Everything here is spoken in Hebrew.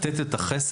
לתת את החסד,